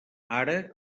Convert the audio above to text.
ara